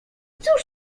cóż